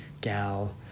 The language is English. gal